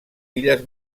illes